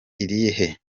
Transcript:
irihe